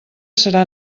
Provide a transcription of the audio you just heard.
serà